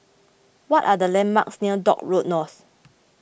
what are the landmarks near Dock Road North